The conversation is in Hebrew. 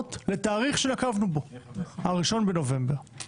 מוקדמות לתאריך שנקבנו בו ה-1 בנובמבר.